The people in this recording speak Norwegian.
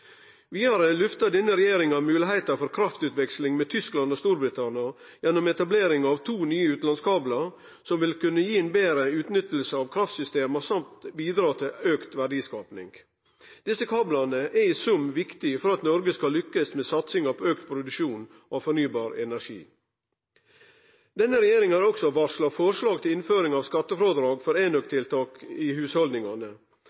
Vidare løftar denne regjeringa moglegheita for kraftutveksling med Tyskland og Storbritannia gjennom etablering av to nye utanlandskablar som vil kunne gi ei betre utnytting av kraftsystema og bidra til auka verdiskaping. Desse kablane er i sum viktige for at Noreg skal lykkast med satsinga på auka produksjon av fornybar energi. Denne regjeringa har også varsla forslag til innføring av skattefrådrag for